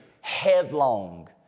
headlong